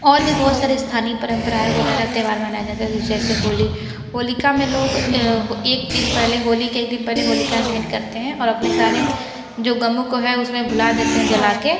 और भी बहुत सारे स्थानीय परम्पराओं के द्वारा मनाया जाता है जैसे ऐसे होली होलिका में लोग एक दिन पहले होली के एक दिन पहले होलिका दहन करते हैं और अपने सारे जो ग़मों को है उसमें भुला देते हैं जला के